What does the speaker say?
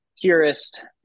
purest